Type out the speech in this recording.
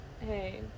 hey